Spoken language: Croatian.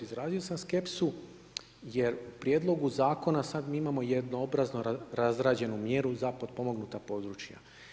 Izrazio sam skepsu jer u Prijedlogu zakona sad mi imamo jednoobrazno razrađenu mjeru za potpomognuta područja.